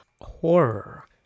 horror